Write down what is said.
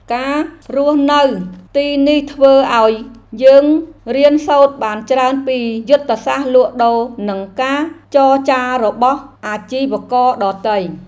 ការរស់នៅទីនេះធ្វើឱ្យយើងរៀនសូត្របានច្រើនពីយុទ្ធសាស្ត្រលក់ដូរនិងការចរចារបស់អាជីវករដទៃ។